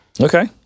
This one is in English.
Okay